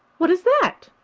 what is that?